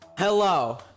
Hello